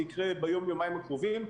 זה יקרה ביום-יומיים הקרובים.